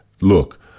Look